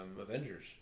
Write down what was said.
Avengers